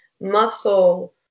muscle